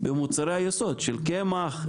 במוצרי היסוד של קמח,